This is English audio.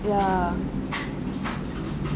ya